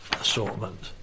assortment